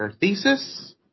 Thesis